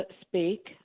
speak